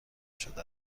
شده